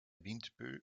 windböe